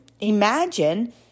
imagine